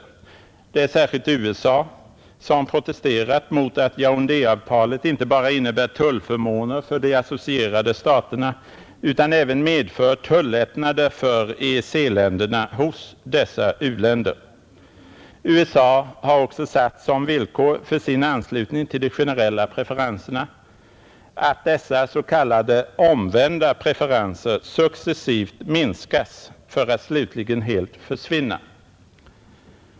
Det är särskilt USA som protesterar mot att Yaoundé avtalet inte bara innebär tullförmåner för de associerade staterna utan även medför tullättnader för EEC-länderna hos dessa u-länder. USA har också satt som villkor för sin anslutning till de generella preferenserna att dessa s.k. omvända preferenser successivt minskas för att slutligen helt försvinna.